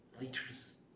liters